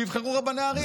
שיבחרו רבני ערים.